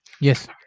Yes